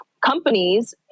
companies